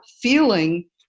feeling